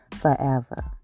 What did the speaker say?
forever